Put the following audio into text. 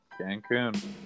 Cancun